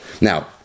Now